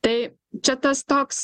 tai čia tas toks